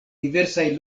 diversaj